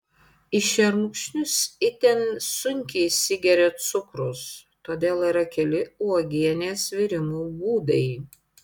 į šermukšnius itin sunkiai įsigeria cukrus todėl yra keli uogienės virimo būdai